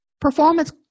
Performance